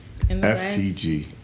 FTG